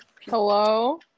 Hello